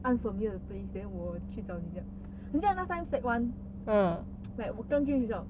unfamiliar 的 place then 我去找你的很想 last time sec~ one like 我跟 jean 一样学校